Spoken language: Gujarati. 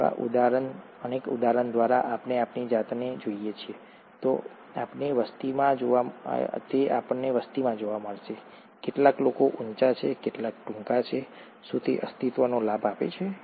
તેથી ઉદાહરણ તરીકે જો આપણે આપણી જાતને જોઈએ તો આપણને વસ્તીમાં જોવા મળશે કેટલાક લોકો ઊંચા છે કેટલાક લોકો ટૂંકા છે શું તે અસ્તિત્વનો લાભ આપે છે